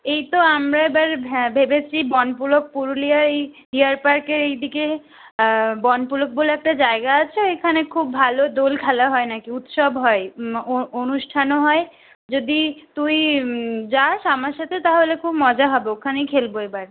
এই তো আমরা এ বার ভেবেছি বনপুলক পুরুলিয়ার এই ডিয়ার পার্কের এ দিকে বনপুলক বলে একটা জায়গা আছে এখানে খুব ভালো দোল খেলা হয় নাকি উৎসব হয় অনুষ্ঠানও হয় যদি তুই যাস আমার সাথে তা হলে খুব মজা হবে ওখানেই খেলব এ বার